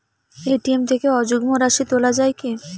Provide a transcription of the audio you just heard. ATM থেকে অযুগ্ম রাশি তোলা য়ায় কি?